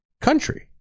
country